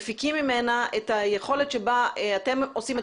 מפיקים ממנה את היכולת שבה אתם עושים את